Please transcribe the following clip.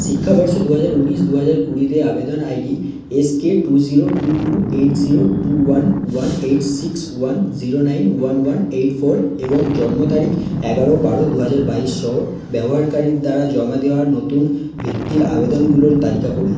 শিক্ষাবর্ষ দুহাজার উনিশ দুহাজার কুড়িতে আবেদন I D S K two zero two two eight zero two one one eight six one zero nine one one eight four এবং জন্ম তারিখ এগারো বারো দুহাজার বাইশ সহ ব্যবহারকারীর দ্বারা জমা দেওয়ার নতুন ভিত্তির আবেদনগুলোর তালিকা করুন